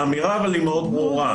אבל האמירה מאוד ברורה,